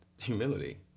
humility